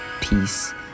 peace